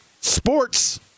sports